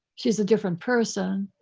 she's a different person.